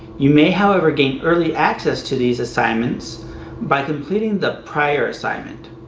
you may however gain early access to these assignments by completing the prior assignment.